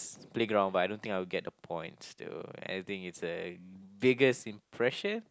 playground but I don't think I will get the points though I think it's a biggest impression